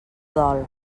dol